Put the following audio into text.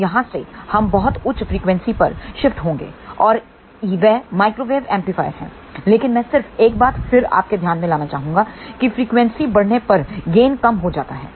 अब यहां से हम बहुत उच्च फ्रीक्वेंसी पर शिफ्ट होंगे और वह माइक्रोवेव एम्पलीफायर है लेकिन मैं सिर्फ एक बात फिर आपके ध्यान में लाना चाहता हूं की फ्रीक्वेंसी बढ़ने पर गेन कम हो जाता है